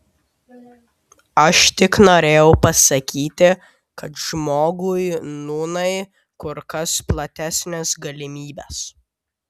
aš tik norėjau pasakyti kad žmogui nūnai kur kas platesnės galimybės